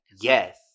Yes